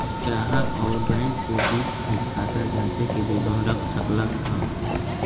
ग्राहक अउर बैंक के बीचे ही खाता जांचे के विवरण रख सक ल ह